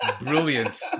brilliant